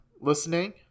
listening